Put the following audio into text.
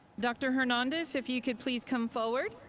dr. hernandez, if you could please come forward.